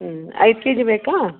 ಹ್ಞೂ ಐದು K G ಬೇಕಾ